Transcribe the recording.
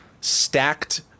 stacked